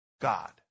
God